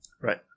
Right